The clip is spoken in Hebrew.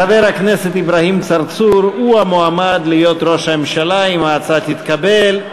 חבר הכנסת אברהים צרצור הוא המועמד להיות ראש הממשלה אם ההצעה תתקבל.